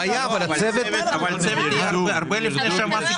בעיה, אבל הצוות יהיה הרבה לפני שהמס יעלה.